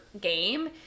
game